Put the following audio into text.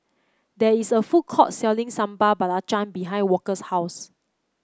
there is a food court selling Sambal Belacan behind Walker's house